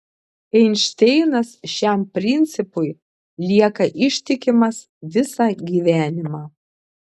einšteinas šiam principui lieka ištikimas visą gyvenimą